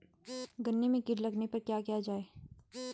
गन्ने में कीट लगने पर क्या किया जाये?